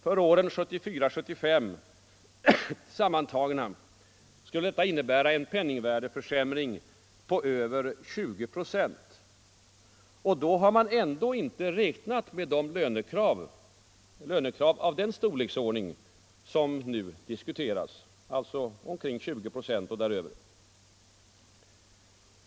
För åren 1974 och 1975 sammantagna skulle detta innebära en penningvärdeförsämring på över 20 procent. Då har man ändå inte räknat med lönekrav av den storleksordning som nu diskuteras, alltså omkring 20 procent och däröver.